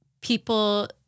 people